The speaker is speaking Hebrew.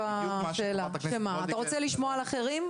אתה רוצה לשמוע על אחרים?